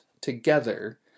together